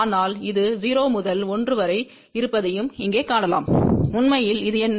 ஆனால் இது 0 முதல் 1 வரை இருப்பதையும் இங்கே காணலாம் உண்மையில் இது என்ன